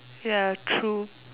ya true